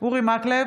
אורי מקלב,